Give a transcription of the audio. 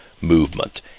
movement